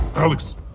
alex,